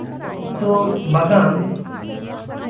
ᱛᱚ ᱵᱟᱜᱟᱱ